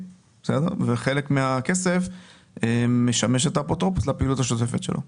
וחלק מהכסף משמש את האפוטרופוס לפעילות השוטפת שלו.